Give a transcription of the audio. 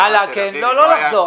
בתל אביב -- לא לחזור,